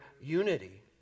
unity